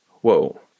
Whoa